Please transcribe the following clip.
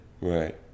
Right